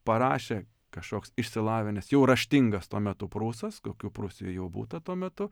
parašė kažkoks išsilavinęs jau raštingas tuo metu prūsas kokių prūsijoj jau būta tuo metu